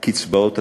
קצבאות הזיקנה.